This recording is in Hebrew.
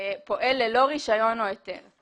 פעול ללא רישיון או היתר".